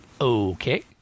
okay